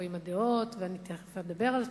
או עם הדעות, ואני תיכף אדבר על כך.